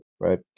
right